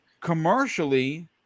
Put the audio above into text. Commercially